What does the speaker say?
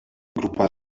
grupa